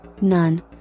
None